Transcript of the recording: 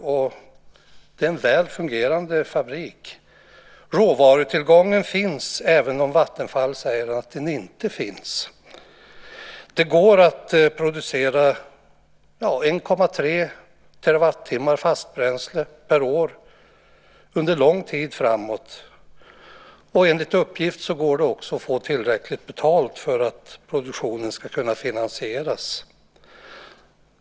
Det är en väl fungerande fabrik. Råvarutillgången finns även om Vattenfall säger att den inte finns. Det går att producera 1,3 terawattimmar fastbränsle per år under lång tid framåt. Enligt uppgift går det också att få tillräckligt mycket betalt för att produktionen ska kunna finansieras.